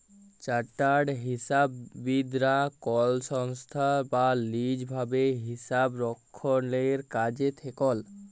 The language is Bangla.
চার্টার্ড হিসাববিদ রা কল সংস্থায় বা লিজ ভাবে হিসাবরক্ষলের কাজে থাক্যেল